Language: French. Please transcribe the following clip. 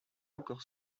encore